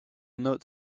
note